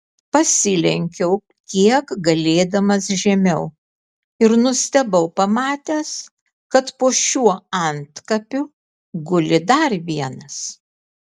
pasilenkiau kiek galėdamas žemiau ir nustebau pamatęs kad po šiuo antkapiu guli dar vienas